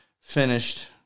finished